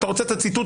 אתה רוצה את הציטוט?